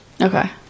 Okay